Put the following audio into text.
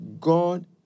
God